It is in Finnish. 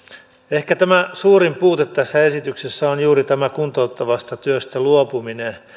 ehkä suurin puute tässä esityksessä on juuri tämä kuntouttavasta työstä luopuminen